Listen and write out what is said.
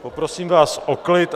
Poprosím vás o klid.